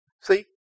See